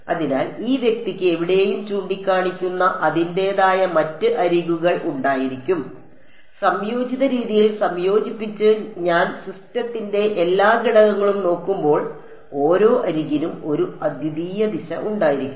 അതിനാൽ ഈ വ്യക്തിക്ക് എവിടെയും ചൂണ്ടിക്കാണിക്കുന്ന അതിന്റേതായ മറ്റ് അരികുകൾ ഉണ്ടായിരിക്കും സംയോജിത രീതിയിൽ സംയോജിപ്പിച്ച് ഞാൻ സിസ്റ്റത്തിന്റെ എല്ലാ ഘടകങ്ങളും നോക്കുമ്പോൾ ഓരോ അരികിനും ഒരു അദ്വിതീയ ദിശ ഉണ്ടായിരിക്കും